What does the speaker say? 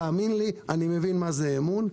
תאמין לי שאני מבין מה זה אמון.